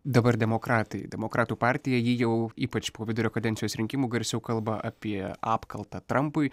dabar demokratai demokratų partija ji jau ypač po vidurio kadencijos rinkimų garsiau kalba apie apkaltą trampui